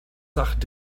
sagt